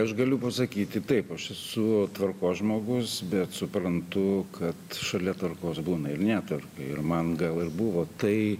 aš galiu pasakyti taip aš esu tvarkos žmogus bet suprantu kad šalia tvarkos būna ir netvarka ir man gal ir buvo tai